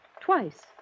Twice